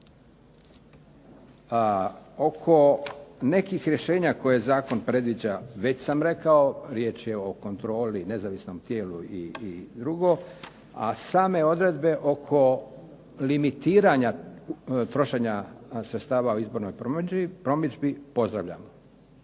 Oko nekih rješenja koje zakon predviđa već sam rekao, riječ je o kontroli, nezavisnom tijelu i drugo, a same odredbe oko limitiranja trošenja sredstava u izbornoj promidžbi pozdravljam.